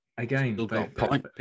Again